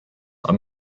are